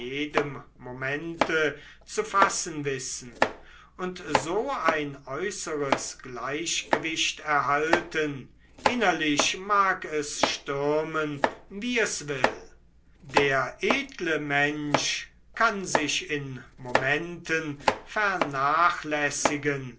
jedem momente zu fassen wissen und so äußeres gleichgewicht erhalten innerlich mag es stürmen wie es will der edle mensch kann sich in momenten vernachlässigen